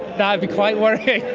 that would be quite worrying!